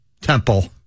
temple